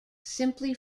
simply